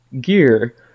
gear